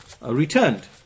returned